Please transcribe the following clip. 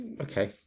Okay